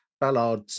Ballard